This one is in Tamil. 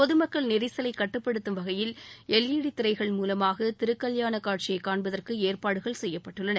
பொதுமக்கள் நெரிசலை கட்டுப்படுத்தும் வகையில் எல்ஈடி திரைகள் மூலமாக திருக்கல்யாண காட்சியை காண்பதற்கு ஏற்பாடுகள் செய்யப்பட்டுள்ளன